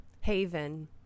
haven